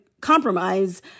compromise –